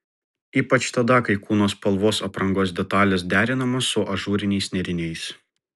ypač tada kai kūno spalvos aprangos detalės derinamos su ažūriniais nėriniais